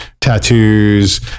tattoos